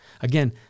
Again